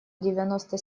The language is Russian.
девяносто